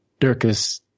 Dirkus